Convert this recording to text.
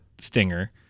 stinger